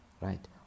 right